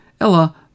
Ella